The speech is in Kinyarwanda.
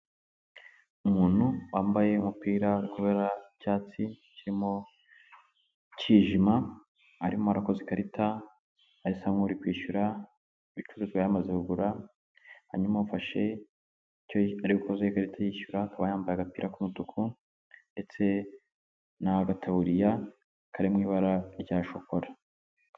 Umuntu wambaye umupira kubera icyatsi kimo cyijima, arimo arakoze ikarita, asa nk' uri kwishyura, ibicuruzwa yamaze kugura, hanyuma afashe icyo ari gukozaho ikarita yishyura akaba yambaye agapira k'umutuku, ndetse na agataburiya kari mu ibara rya shokora.